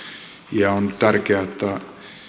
ja on tärkeää että